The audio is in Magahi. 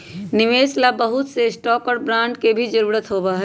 निवेश ला बहुत से स्टाक और बांड के भी जरूरत होबा हई